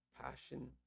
passion